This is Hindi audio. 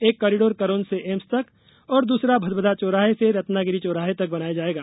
एक कॉरीडोर करोंद से एम्स तक और दुसरा भदभदा चौराहे से रत्नागिरि चौराहे तक बनाया जायेगा